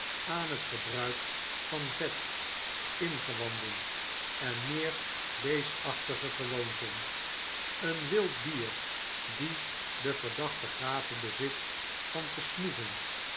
aan het gebruik van vet ingewanden en meer beestachtige gewoonten een wild dier die de verdachte gave bezit van te snoeven